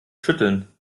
schütteln